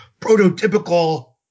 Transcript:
prototypical